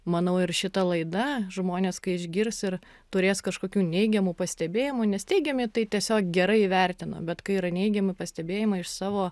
manau ir šita laida žmonės kai išgirs ir turės kažkokių neigiamų pastebėjimų nes teigiami tai tiesiog gerai įvertino bet kai yra neigiami pastebėjimai iš savo